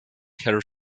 her